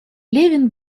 левин